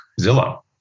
Zillow